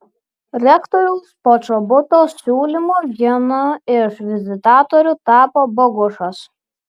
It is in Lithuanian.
rektoriaus počobuto siūlymu vienu iš vizitatorių tapo bogušas